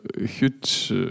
huge